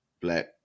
black